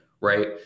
right